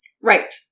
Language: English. Right